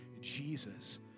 Jesus